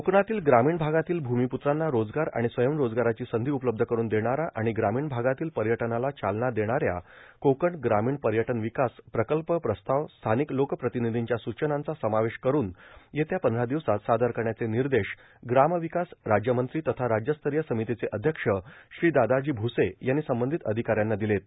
कोकणातील ग्रामीण भागातील भूमीप्त्रांना रोजगार आर्माण स्वयंरोजगाराची संधी उपलब्ध करुन देणारा आर्गाण ग्रामीण भागातील पयटनाला चालना देणाऱ्या कोकण ग्रामीण पयटन र्ावकास प्रकल्प प्रस्ताव स्थाानक लोकर्प्रार्तानधींच्या सूचनांचा समावेश करुन येत्या पंधरा दिवसात सादर करण्याचे र्मानदश ग्रार्मावकास राज्यमंत्री तथा राज्यस्तर्राय र्सामतीचे अध्यक्ष श्री दादाजी भुसे यांनी संबंधित अधिकाऱ्यांना दिलेत